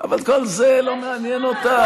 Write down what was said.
אבל כל זה לא מעניין אותך.